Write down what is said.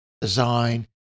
design